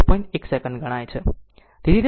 1 second ગણાય છે